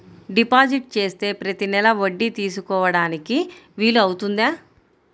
Deposit చేస్తే ప్రతి నెల వడ్డీ తీసుకోవడానికి వీలు అవుతుందా?